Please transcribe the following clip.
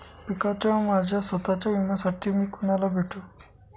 पिकाच्या व माझ्या स्वत:च्या विम्यासाठी मी कुणाला भेटू?